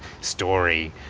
story